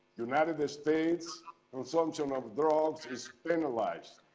united ah states' consumption of drugs is penalized.